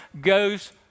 goes